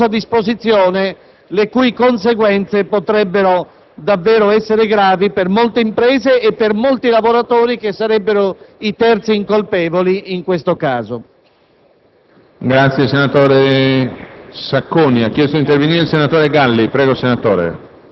di condividere questo emendamento e di rimuovere una odiosa disposizione le cui conseguenze potrebbero davvero essere gravi per molte imprese e per molti lavoratori che sarebbero i terzi incolpevoli in questo caso.